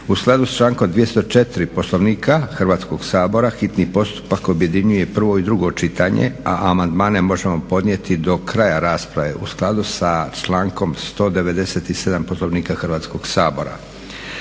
U skladu s člankom 204. Poslovnika Hrvatskog sabora hitni postupak objedinjuje prvo i drugo čitanje, a amandmane možemo podnijeti do kraja rasprave u skladu sa člankom 197. Poslovnika Hrvatskog sabora.